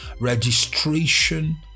registration